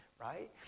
right